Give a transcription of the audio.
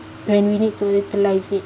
when we need to utilize it